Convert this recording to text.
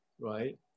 right